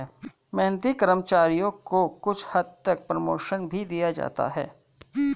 मेहनती कर्मचारी को कुछ हद तक प्रमोशन भी दिया जाता है